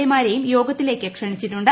A മാരേയും യോഗത്തിലേക്ക് ക്ഷണിച്ചിട്ടുണ്ട്